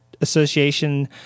Association